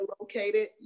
located